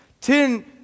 Ten